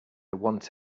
want